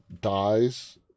dies